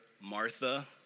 Martha